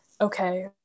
okay